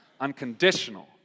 Unconditional